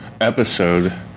episode